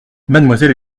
mademoiselle